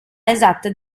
esatte